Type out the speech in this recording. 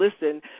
Listen